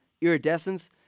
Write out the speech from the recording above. Iridescence